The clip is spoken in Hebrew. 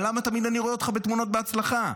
אבל למה תמיד אני רואה אותך בתמונות של הצלחה?